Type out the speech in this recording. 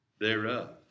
thereof